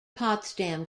potsdam